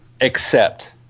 accept